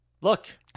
Look